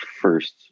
first